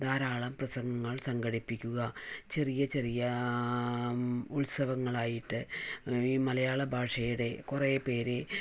ധാരാളം പ്രസംഗങ്ങൾ സംഘടിപ്പിക്കുക ചെറിയ ചെറിയ ഉത്സവങ്ങൾ ആയിട്ട് ഈ മലയാള ഭാഷയുടെ കുറെ പേരെ